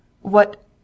What—